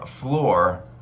floor